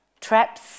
Traps